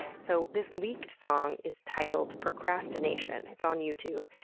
so, this leaked song is titled procrastination it's on youtube.